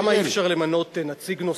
למה אי-אפשר למנות נציג נוסף?